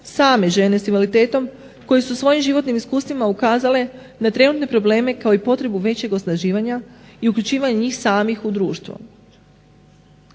same žene s invaliditetom koje su svojim životnim iskustvima ukazale na trenutne probleme kao i potrebu većeg osnaživanja i uključivanja njih samih u društvo.